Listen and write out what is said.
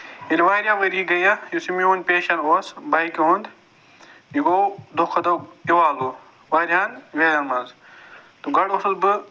ییٚلہِ واریاہ ؤری گٔے اَتھ یُس یہِ میٛون پیشَن اوس بایکہِ ہُنٛد یہِ گوٚو دۄہ کھۄتہٕ دۄہ اِوالوٗ واریاہَن ویون منٛز تہٕ گوڈٕ اوسُس بہٕ